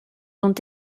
ont